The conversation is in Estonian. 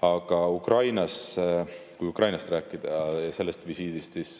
Aga Ukrainas, kui Ukrainast rääkida, sellest visiidist, siis